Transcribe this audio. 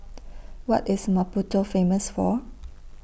What IS Maputo Famous For